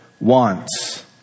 wants